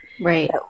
Right